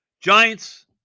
Giants